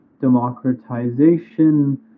democratization